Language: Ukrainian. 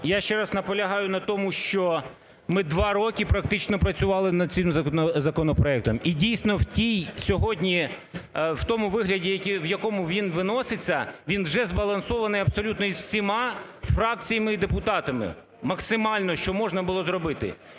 я ще раз наполягаю на тому, що ми два роки практично працювали над цим законопроектом. І дійсно в тій сьогодні, в тому вигляді, в якому він виноситься, він вже збалансований абсолютно із всіма фракціями і депутатами максимально, що можна було зробити.